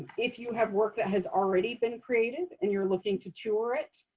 if you have work that has already been created, and you're looking to tour it,